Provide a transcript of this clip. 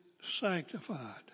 sanctified